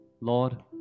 Lord